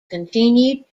continued